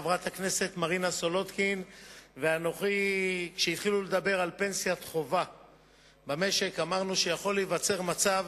חברת הכנסת מרינה סולודקין ואנוכי אמרנו שיכול להיווצר מצב